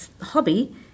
hobby